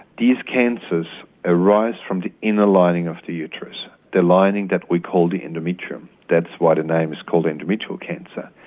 these cancers arise from the inner lining of the uterus, the lining that we call the endometrium. that's why the name is called endometrial cancer.